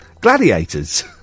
Gladiators